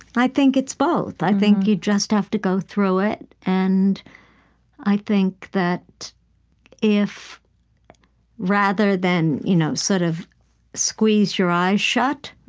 i think it's both. i think you just have to go through it. and i think that if rather than you know sort of squeeze your eyes shut,